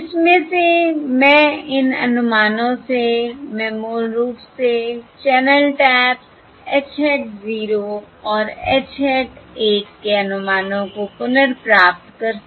और इसमें से मैं इन अनुमानों से मैं मूल रूप से चैनल टैप्स h हैट 0 और h हैट 1 के अनुमानों को पुनर्प्राप्त कर सकती हूं